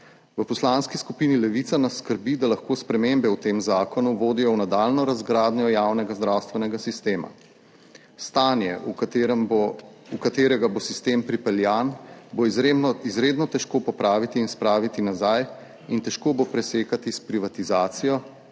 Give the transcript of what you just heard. V Poslanski skupini Levica nas skrbi, da lahko spremembe v tem zakonu vodijo v nadaljnjo razgradnjo javnega zdravstvenega sistema, stanje v katerem bo, v katerega bo sistem pripeljan, bo izredno, izredno težko popraviti in spraviti nazaj in težko bo presekati s privatizacijo,